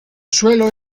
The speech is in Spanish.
suelo